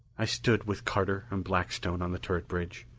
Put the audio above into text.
i stood with carter and blackstone on the turret bridge.